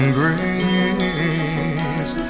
grace